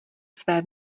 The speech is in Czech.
své